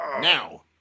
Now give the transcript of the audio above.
Now